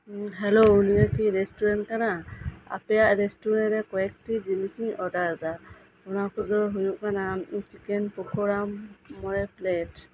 hello ᱱᱤᱭᱟᱹᱠᱤ restaurant ᱠᱟᱱᱟ ᱟᱯᱮᱭᱟᱜ ᱨᱮᱥᱴᱩᱨᱮᱱᱴ ᱨᱮ ᱠᱚᱭᱮᱠᱴᱤ ᱡᱤᱱᱤᱥᱤᱧ ᱚᱰᱟᱨᱫᱟ ᱚᱱᱟ ᱠᱚᱫᱚ ᱦᱩᱭᱩᱜ ᱠᱟᱱᱟ ᱪᱤᱠᱮᱱ ᱯᱚᱠᱚᱲᱟ ᱢᱚᱲᱮ ᱯᱞᱮᱹᱴ